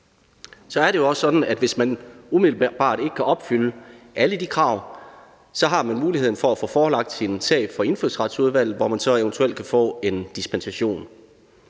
Så er det jo også sådan, at hvis man umiddelbart ikke kan opfylde alle de krav, så har man muligheden for at få forelagt sin sag for Indfødsretsudvalget, hvor man så eventuelt kan få en dispensation.